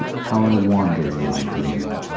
how i wander in my dreaming!